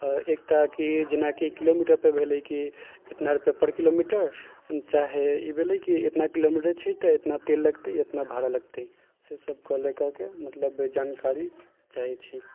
एकटा कि जेनाकि किलोमीटरपर भेलै कि इतना रुपआपर किलोमीटर चाहे ई भेलै कि इतना किलोमीटर छी तऽ इतना तेल लगतै इतना भाड़ा लगतै से सबके ले करके मतलब जानकारी चाहै छी